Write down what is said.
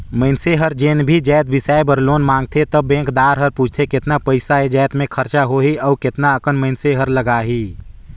मइनसे हर जेन भी जाएत बिसाए बर लोन मांगथे त बेंकदार हर पूछथे केतना पइसा ए जाएत में खरचा होही अउ केतना अकन मइनसे हर लगाही